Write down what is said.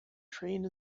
trained